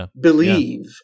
believe